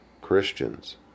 Christians